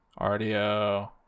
Ardeo